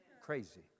crazy